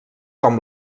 com